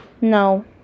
No